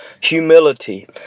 humility